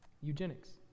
Eugenics